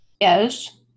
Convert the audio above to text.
yes